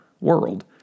world